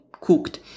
cooked